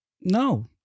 no